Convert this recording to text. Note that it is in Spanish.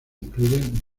incluyen